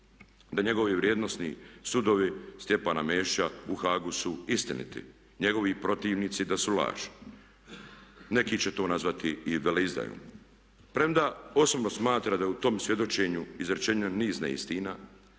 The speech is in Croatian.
da njegovi vrijednosni sudovi Stjepana Mesića u Hagu su istiniti, njegovi protivnici da su laž. Neki će to nazvati i veleizdajom. Premda osobno smatram da je u tom svjedočenju izrečeno niz neistina,